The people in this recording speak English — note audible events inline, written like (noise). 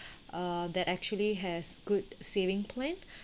(breath) uh that actually has good saving plan (breath)